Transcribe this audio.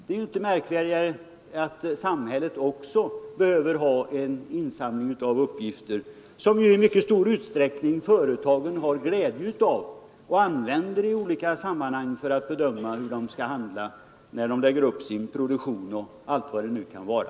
Det är inte mera märkvärdigt att samhället också behöver ha en insamling av uppgifter som ju i mycket stor utsträckning företagen har glädje av och använder i olika sammanhang för att bedöma, hur man skall handla, när man lägger upp sin produktion och vad det nu kan vara.